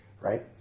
right